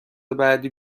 بعدی